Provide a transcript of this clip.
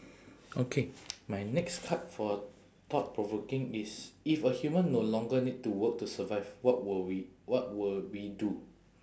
okay my next card for thought-provoking is if a human no longer need to work to survive what will we what will we do